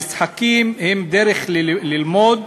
המשחקים הם דרך ללמוד